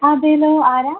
അതെ അല്ലോ ആരാണ്